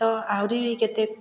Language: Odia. ତ ଆହୁରି ବି କେତେ